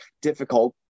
difficult